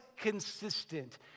consistent